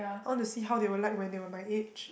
I want to see how they were like when they were my age